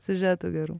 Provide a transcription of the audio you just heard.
siužetų gerų